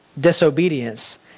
disobedience